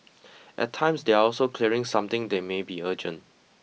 at times they are also clearing something they may be urgent